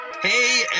hey